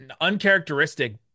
uncharacteristic